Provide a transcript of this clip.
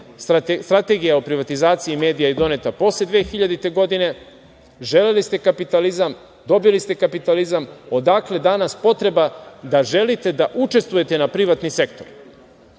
strategija o privatizaciji medija je doneta posle 2000. godine. Želeli ste kapitalizam – dobili ste kapitalizam. Odakle danas potreba da želite da učestvujete na privatni sektor?